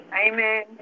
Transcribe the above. Amen